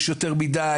יש יותר מדי,